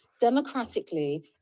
democratically